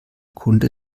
kunde